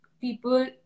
people